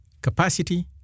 capacity